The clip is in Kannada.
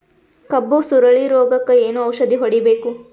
ಕಬ್ಬು ಸುರಳೀರೋಗಕ ಏನು ಔಷಧಿ ಹೋಡಿಬೇಕು?